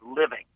living